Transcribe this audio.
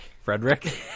Frederick